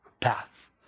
path